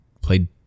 played